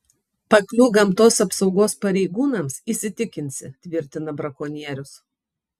pakliūk gamtos apsaugos pareigūnams įsitikinsi tvirtina brakonierius